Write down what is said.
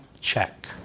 check